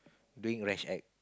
doing rash act